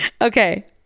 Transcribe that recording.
Okay